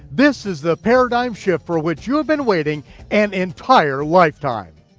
this is the paradigm shift for which you have been waiting an entire lifetime.